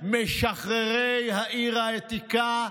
משחררי העיר העתיקה,